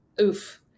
oof